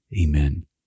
Amen